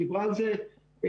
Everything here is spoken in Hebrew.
דיברה על זה טל,